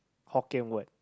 hokkien word